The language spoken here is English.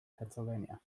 pennsylvania